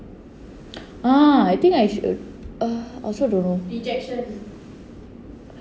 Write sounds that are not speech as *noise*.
ah I think I should *noise* I also don't know